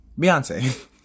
Beyonce